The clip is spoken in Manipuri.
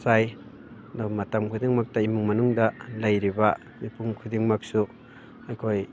ꯆꯥꯏ ꯑꯗꯨꯒ ꯃꯇꯝ ꯈꯨꯗꯤꯡꯃꯛꯇ ꯏꯃꯨꯡ ꯃꯅꯨꯡꯗ ꯂꯩꯔꯤꯕ ꯃꯤꯄꯨꯝ ꯈꯨꯗꯤꯡꯃꯛꯁꯨ ꯑꯩꯈꯣꯏ